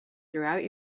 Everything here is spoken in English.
throughout